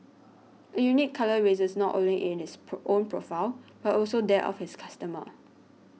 a unique colour raises not only in its pro own profile but also that of its customers